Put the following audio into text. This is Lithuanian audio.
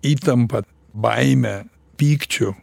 įtampa baime pykčiu